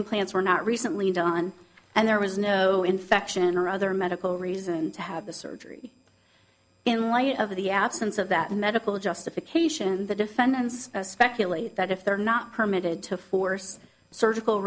implants were not recently done and there was no infection or other medical reason to have the surgery in light of the absence of that medical justification the defendant's speculate that if they're not permitted to force surgical